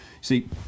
See